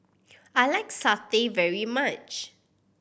I like satay very much